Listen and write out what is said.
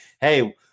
hey